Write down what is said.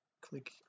Click